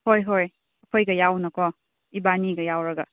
ꯍꯣꯏ ꯍꯣꯏ ꯑꯩꯈꯣꯏꯒ ꯌꯥꯎꯅꯀꯣ ꯏꯕꯥꯅꯤꯒ ꯌꯥꯎꯔꯒ